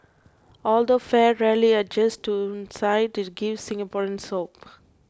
although fare rarely adjusts downwards it gives Singaporeans hope